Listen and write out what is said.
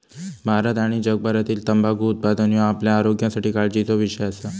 भारत आणि जगभरातील तंबाखू उत्पादन ह्यो आपल्या आरोग्यासाठी काळजीचो विषय असा